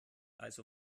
also